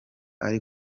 ari